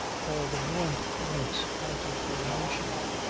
all the warmth went out of her emotion.